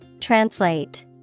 Translate